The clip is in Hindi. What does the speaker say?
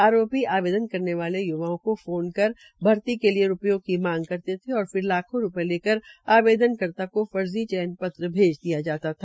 आरोपी आवेदन करने वाले य्वाओं को फोन कर भर्ती के लिये रूपयों की मांग करते थे फिर लाखों रूपये लेकर आवेदनकर्ता को फर्जी चयन पत्र भैज दिया जाता था